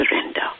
surrender